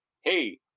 hey